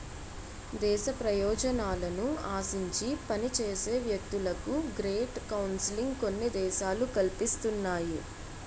దేశ ప్రయోజనాలను ఆశించి పనిచేసే వ్యక్తులకు గ్రేట్ కౌన్సిలింగ్ కొన్ని దేశాలు కల్పిస్తున్నాయి